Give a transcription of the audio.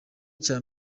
cya